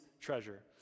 treasure